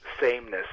sameness